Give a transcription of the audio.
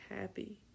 happy